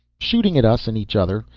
shooting at us and each other.